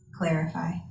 Clarify